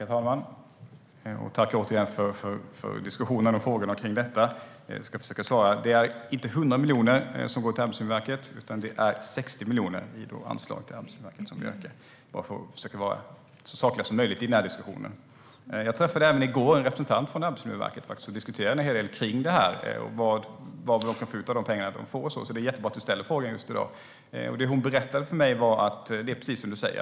Herr talman! Tack återigen för frågorna kring detta. Jag ska försöka att svara på dem. Det är inte 100 miljoner som ska gå till Arbetsmiljöverket, utan det är 60 miljoner i anslagsökning. Vi får försöka att vara så sakliga som möjligt i den här diskussionen. Jag träffade i går en representant för Arbetsmiljöverket och diskuterade med henne om vad man kan få ut av de pengar som man tilldelas, så det är jättebra att du ställer frågan just i dag. Hon berättade för mig att det är precis som du säger.